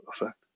effect